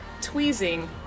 tweezing